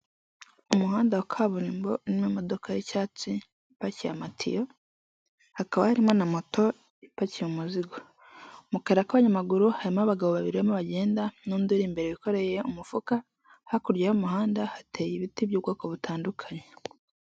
Umuhanda wa kaburimbo n'imodoka y'icyatsi ipakira amatiyo, hakaba harimo na moto ipakiye umuzigo, mu kayira k'abanyamaguru harimo abagabo babiri, barimo bagenda n'undi uri imbere wikoreye umufuka, hakurya y'umuhanda hateye ibiti by'ubwoko butandukanye.